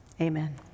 amen